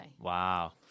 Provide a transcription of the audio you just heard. Wow